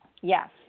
Yes